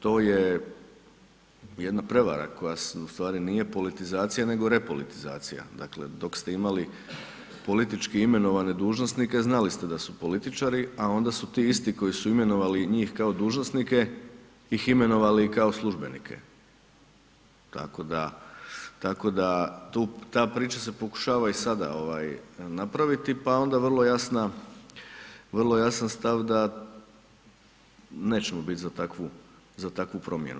To je jedna prevara koja ustvari nije politizacija nego repolitizacija, dakle dok ste imali politički imenovane dužnosnike, znali ste da su političari a onda su ti isti koji su imenovali njih kao dužnosnike ih imenovali kao službenike tako da ta priča se pokušava i sada napraviti pa onda vrlo jasan stav da nećemo biti za takvu promjenu.